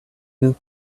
you